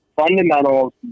fundamentals